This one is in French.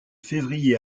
février